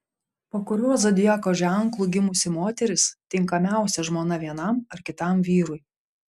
po kuriuo zodiako ženklu gimusi moteris tinkamiausia žmona vienam ar kitam vyrui